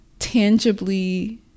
tangibly